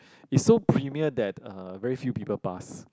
is so premier that uh very few people pass